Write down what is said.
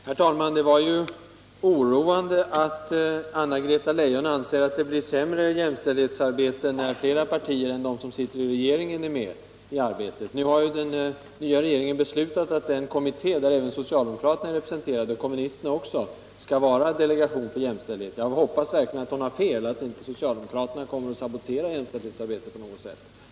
Herr talman! Det var ju oroande att Anna-Greta Leijon anser att det blir sämre jämställdhetsarbete när fler partier än de som sitter i regeringen är med i arbetet. || Nu har regeringen beslutat att den kommitté där både socialdemokrater och kommunister är med skall vara en delegation för jämställdhet. Jag hoppas verkligen att socialdemokraterna inte kommer att sabotera jämställdhetsarbetet på något sätt.